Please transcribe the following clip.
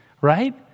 right